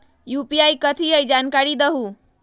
UPI कथी है? जानकारी दहु